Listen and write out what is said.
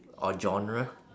or genre